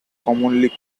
commonly